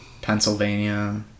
Pennsylvania